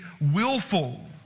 willful